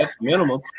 minimum